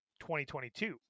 2022